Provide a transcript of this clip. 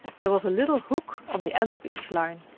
there was a little hook on the end of each line.